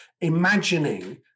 imagining